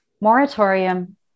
Moratorium